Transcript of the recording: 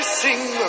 sing